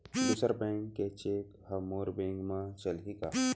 दूसर बैंक के चेक ह मोर बैंक म चलही का?